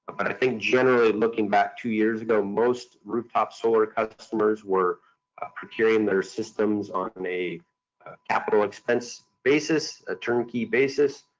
but i think generally looking back two years ago, most rooftop solar customers were procuring their systems on and a capital expense basis, a turnkey basis,